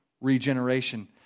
regeneration